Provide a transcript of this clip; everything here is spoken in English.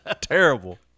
Terrible